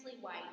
white